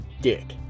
dick